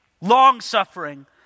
long-suffering